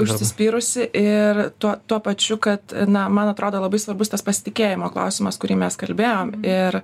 užsispyrusi ir tuo tuo pačiu kad na man atrodo labai svarbus tas pasitikėjimo klausimas kurį mes kalbėjom ir